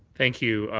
thank you.